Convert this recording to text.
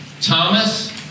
Thomas